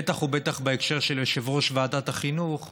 בטח ובטח בהקשר של יושב-ראש ועדת החינוך,